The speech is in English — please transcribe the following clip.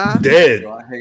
Dead